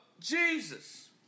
Jesus